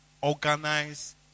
organize